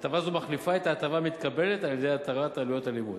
הטבה זו מחליפה את ההטבה המתקבלת על-ידי התרת עלויות הלימוד.